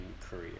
career